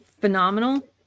phenomenal